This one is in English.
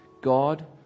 God